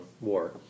War